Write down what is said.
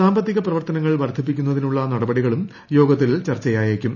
സാമ്പത്തിക പ്രവർത്തനങ്ങൾ വർദ്ധിപ്പിക്കുന്നതിനുള്ള നടപടികളും യോഗത്തിൽ ചർച്ചയായേക്കും